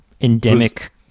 endemic